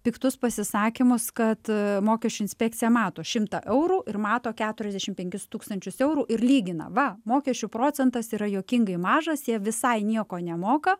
piktus pasisakymus kad mokesčių inspekcija mato šimtą eurų ir mato keturiasdešim penkis tūkstančius eurų ir lygina va mokesčių procentas yra juokingai mažas jie visai nieko nemoka